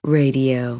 radio